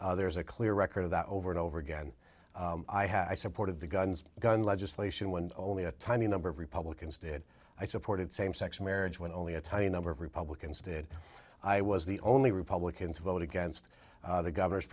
all there's a clear record of that over and over again i have i supported the guns gun legislation when only a tiny number of republicans did i supported same sex marriage when only a tiny number of republicans did i was the only republican to vote against the governor's